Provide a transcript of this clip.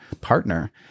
partner